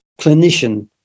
clinician